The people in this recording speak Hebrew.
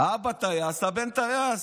האבא טייס,